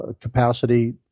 capacity